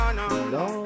no